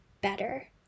better